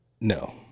No